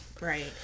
right